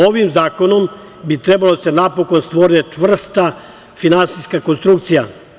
Ovim zakonom bi trebalo da se napokon stvori čvrsta finansijska konstrukcija.